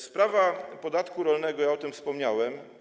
Sprawa podatku rolnego - o tym wspomniałem.